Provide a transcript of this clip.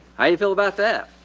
how you feel about that?